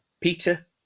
Peter